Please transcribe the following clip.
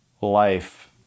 life